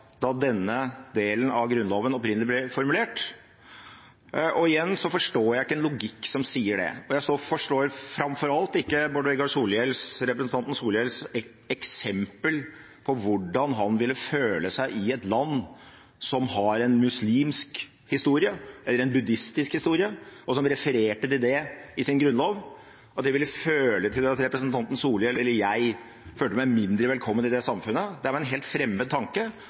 da denne delen av Grunnloven opprinnelig ble formulert? Igjen så forstår jeg ikke en logikk som sier det, og jeg forstår framfor alt ikke representanten Bård Vegar Solhjells eksempel på hvordan han ville føle seg i et land som har en muslimsk historie eller en buddhistisk historie, og som refererte til det i sin grunnlov, at det ville føre til at representanten Solhjell eller jeg følte meg mindre velkommen i det samfunnet. Det er en helt fremmed tanke.